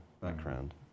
background